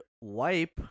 wipe